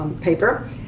paper